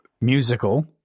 musical